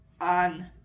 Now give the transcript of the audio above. on